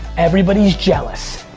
everybody's jealous.